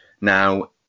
now